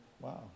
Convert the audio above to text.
Wow